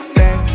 back